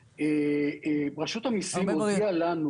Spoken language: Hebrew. רשות המיסים הודיעה לנו